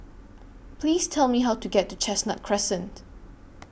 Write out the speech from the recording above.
Please Tell Me How to get to Chestnut Crescent